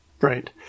Right